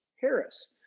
Harris